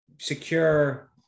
secure